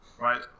right